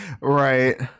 Right